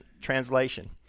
translation